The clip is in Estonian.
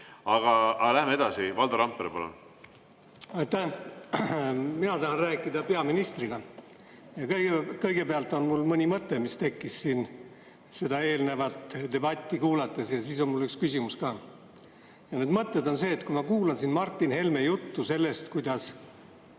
Aga läheme edasi. Valdo Randpere, palun! Aitäh! Mina tahan rääkida peaministriga. Kõigepealt on mul mõni mõte, mis tekkis siin seda eelnevat debatti kuulates, ja siis on mul üks küsimus ka. Need mõtted on sellised, et kui ma kuulan siin Martin Helme juttu sellest, kuidas